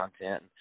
content